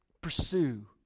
pursue